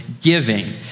giving